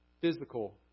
Physical